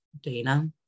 Dana